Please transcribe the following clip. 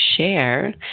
share